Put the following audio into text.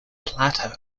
plateau